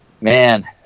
Man